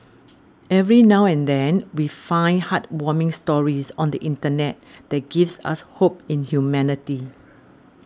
every now and then we find heartwarming stories on the internet that gives us hope in humanity